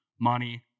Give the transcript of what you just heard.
Money